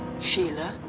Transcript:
shela.